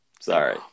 Sorry